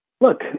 look